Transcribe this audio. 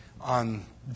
on